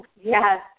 yes